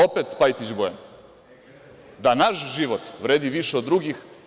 Opet Pajtić Bojan – Da nas život vredi više od drugih.